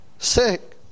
sick